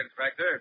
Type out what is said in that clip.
Inspector